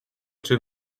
czy